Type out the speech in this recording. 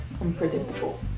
unpredictable